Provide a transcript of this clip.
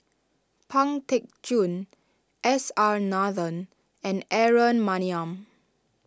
Pang Teck Joon S R Nathan and Aaron Maniam